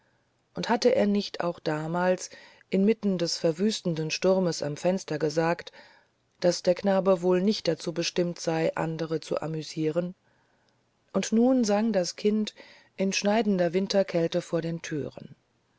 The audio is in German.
und hatte er nicht auch damals inmitten des verwüstenden sturmes am fenster gesagt daß der knabe wohl nicht dazu bestimmt sei andere zu amüsieren und nun sang das kind in schneidender winterkälte vor den thüren